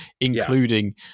including